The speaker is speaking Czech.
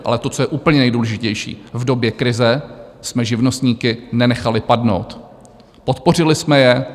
Ale to, co je úplně nejdůležitější: v době krize jsme živnostníky nenechali padnout, podpořili jsme je.